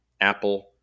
Apple